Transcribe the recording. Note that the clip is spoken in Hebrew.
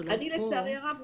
לצערי הרב,